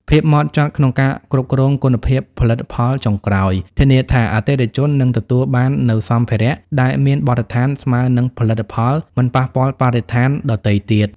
ភាពហ្មត់ចត់ក្នុងការគ្រប់គ្រងគុណភាពផលិតផលចុងក្រោយ ធានាថាអតិថិជននឹងទទួលបាននូវសម្ភារៈដែលមានបទដ្ឋានស្មើនឹងផលិតផលមិនប៉ះពាល់បរិស្ថានដទៃទៀត។